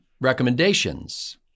Recommendations